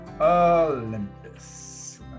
Olympus